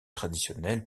traditionnel